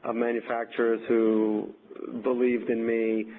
ah manufacturers who believed in me,